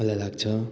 मलाई लाग्छ